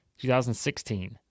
2016